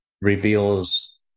reveals